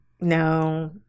No